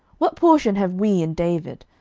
what portion have we in david?